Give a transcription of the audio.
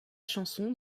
chanson